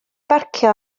barcio